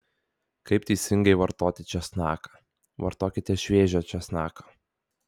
kaip teisingai vartoti česnaką vartokite šviežią česnaką